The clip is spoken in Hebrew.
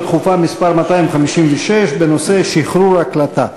דחופה מס' 256 בנושא: פרסום הקלטה.